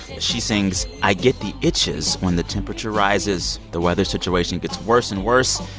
she sings, i get the itches when the temperature rises. the weather situation gets worse and worse,